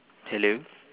hello